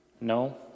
No